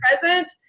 present